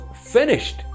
finished